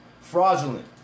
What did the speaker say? fraudulent